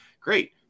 Great